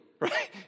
Right